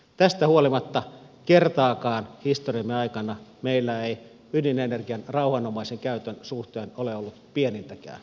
tästä huolimatta kertaakaan historiamme aikana meillä ei ydinenergian rauhanomaisen käytön suhteen ole ollut pienintäkään ongelmaa